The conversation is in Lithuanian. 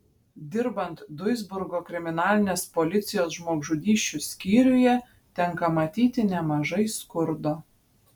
dirbant duisburgo kriminalinės policijos žmogžudysčių skyriuje tenka matyti nemažai skurdo